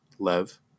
Lev